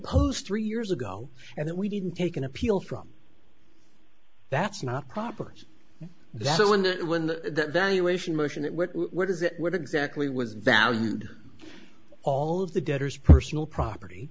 pose three years ago and that we didn't take an appeal from that's not proper that when the when the valuation motion what is it what exactly was valued all of the debtors personal property